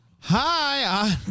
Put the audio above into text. Hi